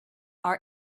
our